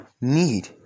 need